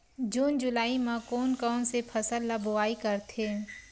जून जुलाई म कोन कौन से फसल ल बोआई करथे?